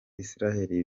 isiraheli